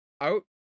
out